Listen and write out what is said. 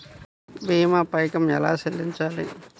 భీమా పైకం ఎలా చెల్లించాలి?